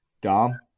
Dom